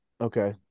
Okay